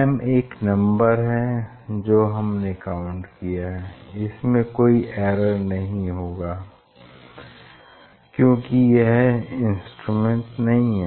m एक नम्बर है जो हमने काउंट किया है इसमें कोई एरर नहीं होगी क्योंकि यह इंस्ट्रूमेंट नहीं हैं